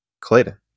Clayton